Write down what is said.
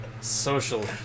Social